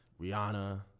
Rihanna